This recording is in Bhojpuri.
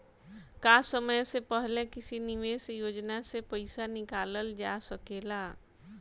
का समय से पहले किसी निवेश योजना से र्पइसा निकालल जा सकेला?